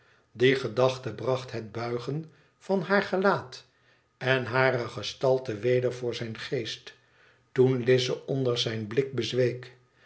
die gedachte bracht het buigen van haar gelaat en hare gestalte weder voor zijn geest toen lize onder zijn blik bezweek